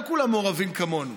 לא כולם מעורבים כמוני,